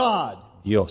God